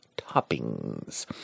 toppings